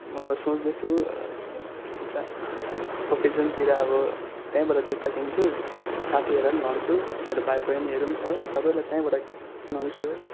म अब सोच्दै छु के के भन्छ ओकेजनतिर अब त्यहीँबाट जुत्ता किन्छु साथीहरूलाई पनि भन्छु मेरो भाइबहिनीहरू पनि छ सबैलाई त्यहीँबाट किनाउँछु